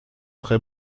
très